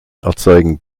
erzeugen